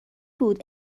بود